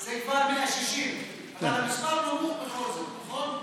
זה כבר 160, אבל המספר נמוך בכל זאת, נכון?